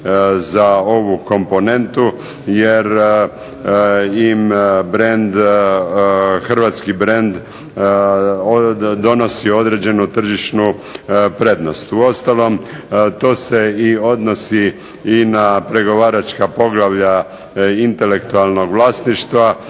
za ovu komponentu, jer im brend, hrvatski brend donosi određenu tržišnu prednost. Uostalom to se i odnosi i na pregovaračka poglavlja intelektualnog vlasništva